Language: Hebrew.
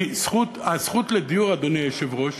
כי הזכות לדיור, אדוני היושב-ראש,